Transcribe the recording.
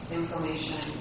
information